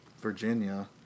Virginia